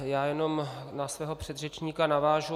Já jenom na svého předřečníka navážu.